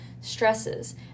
stresses